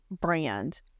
brand